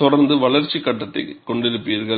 தொடர்ந்து வளர்ச்சிக் கட்டத்தைக் கொண்டிருப்பீர்கள்